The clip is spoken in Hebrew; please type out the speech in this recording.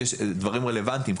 אלו דברים רלוונטיים.